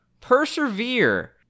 Persevere